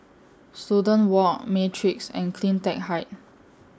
Student Walk Matrix and CleanTech Height